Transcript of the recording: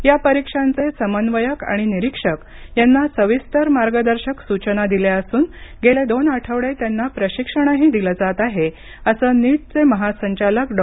या परीक्षांचे समन्वयक आणि निरीक्षक यांना सविस्तर मार्गदर्शक सूचना दिल्या असून गेले दोन आठवडे त्यांना प्रशिक्षणही दिलं जात आहे असं नीटचे महासंचालक डॉ